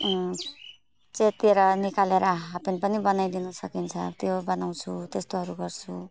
च्यातेर निकालेर half pant पनि बनाइदिनु सकिन्छ त्यो बनाउछु त्यस्तोहरू गर्छु